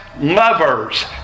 lovers